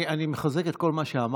אני מחזק את כל מה שאמרת.